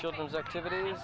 children's activities